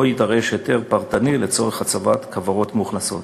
יידרש היתר פרטני לצורך הצבת כוורות מאוכלסות.